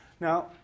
Now